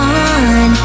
on